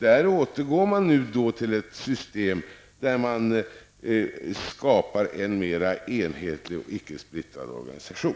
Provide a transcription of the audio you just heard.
där återgår man nu till ett system som innebär en mera enhetlig och ickesplittrad organisation.